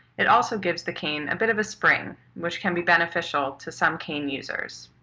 it also gives the cane a bit of a spring, which can be beneficial to some cane users.